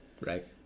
Right